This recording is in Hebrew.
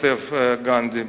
כותב גנדי,